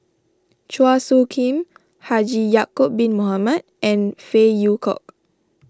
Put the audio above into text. Chua Soo Khim Haji Ya'Acob Bin Mohamed and Phey Yew Kok